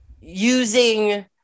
Using